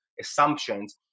assumptions